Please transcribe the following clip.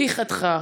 היא חתכה,